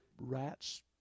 rats